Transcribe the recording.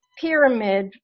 pyramid